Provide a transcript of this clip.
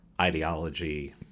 ideology